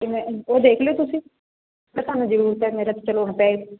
ਅਤੇ ਮੈਂ ਉਹ ਦੇਖ ਲਿਓ ਤੁਸੀਂ ਜੇ ਤੁਹਾਨੂੰ ਜ਼ਰੂਰਤ ਹੈ ਮੇਰਾ ਤਾਂ ਚਲੋ ਪਏ